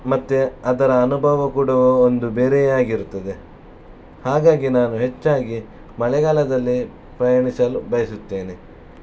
ಮತ್ತು ಅದರ ಅನುಭವ ಕೂಡ ಒಂದು ಬೇರೆಯೇ ಆಗಿರುತ್ತದೆ ಹಾಗಾಗಿ ನಾನು ಹೆಚ್ಚಾಗಿ ಮಳೆಗಾಲದಲ್ಲಿ ಪ್ರಯಾಣಿಸಲು ಬಯಸುತ್ತೇನೆ